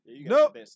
Nope